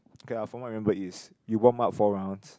okay our formal I remember is you warm up four rounds